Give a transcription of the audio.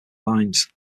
lines